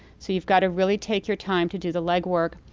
so you've got to really take your time to do the legwork.